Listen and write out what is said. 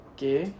Okay